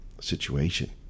situation